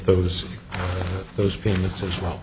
those those payments as well